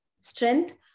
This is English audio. Strength